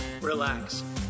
relax